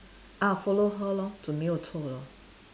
ah follow her lor 准没有错 lor